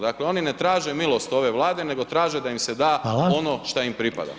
Dakle, oni ne traže milost ove Vlade, nego traže da im se da [[Upadica: Hvala]] ono šta im pripada.